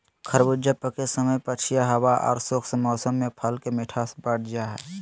खरबूजा पके समय पछिया हवा आर शुष्क मौसम में फल के मिठास बढ़ जा हई